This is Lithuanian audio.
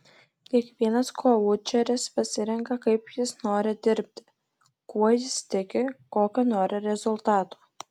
kiekvienas koučeris pasirenka kaip jis nori dirbti kuo jis tiki kokio nori rezultato